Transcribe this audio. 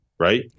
Right